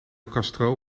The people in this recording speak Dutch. castro